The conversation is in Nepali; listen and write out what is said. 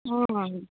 अँ